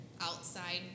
outside